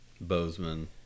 Bozeman